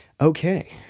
Okay